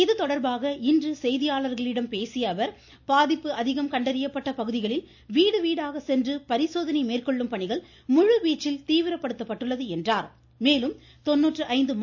இது தொடர்பாக இன்று செய்தியாளர்களிடம் பேசிய அவர் பாதிப்பு அதிகம் கண்டறியப்பட்ட பகுதிகளில் வீடு வீடாக சென்று பரிசோதனை மேற்கொள்ளும் பணிகள் முழுவீச்சில் தீவிரபடுத்தப்பட்டுள்ளதாகவும் எடுத்துரைத்தார்